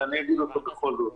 אבל אני אגיד בכל זאת.